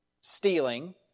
stealing